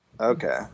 Okay